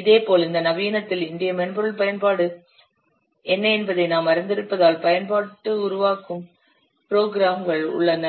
இதேபோல் இந்த நவீனத்தில் இன்றைய மென்பொருள் மறுபயன்பாடு என்ன என்பதை நாம் அறிந்திருப்பதால் பயன்பாட்டு உருவாக்கும் ப்ரோக்ராம் கள் உள்ளன